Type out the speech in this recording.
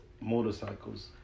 motorcycles